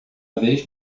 vez